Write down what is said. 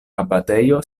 abatejo